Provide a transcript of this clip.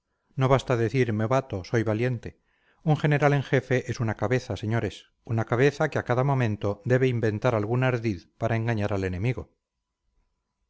no basta decir me bato soy valiente un general en jefe es una cabeza señores una cabeza que a cada momento debe inventar algún ardid para engañar al enemigo